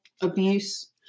abuse